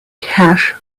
cash